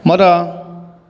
ಮರ